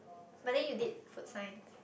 but then you did food science